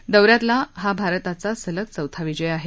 या दौऱ्यातला हा भारताचा सलग चौथा विजय आहे